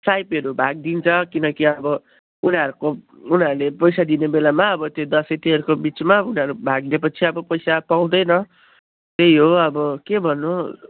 साहेबहरू भागिदिन्छ किनकि अब उनीहरूको उनीहरूले पैसा दिने बेलामा अब त्यो दसैँ तिहारको बिचमा उनीहरू भागिदिएपछि अब पैसा पाउँदैन त्यही हो अब के भन्नु